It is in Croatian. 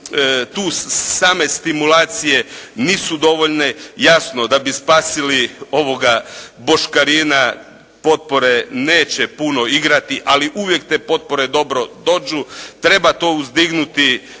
tu same stimulacije nisu dovoljne. Jasno, da bi spasili boškarina, potpore neće puno igrati, ali uvijek te potpore dobro dođu, treba to uzdignuti